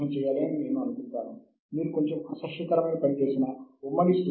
citation index అని కూడా ఉంది